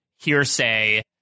hearsay